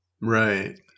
Right